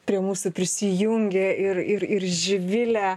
prie mūsų prisijungė ir ir ir živilė